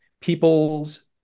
people's